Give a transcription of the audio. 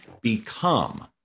become